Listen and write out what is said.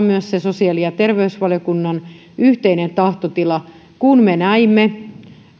myös sosiaali ja terveysvaliokunnan yhteinen tahtotila siinä kun me näimme